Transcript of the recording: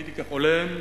הייתי כחולם,